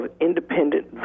independent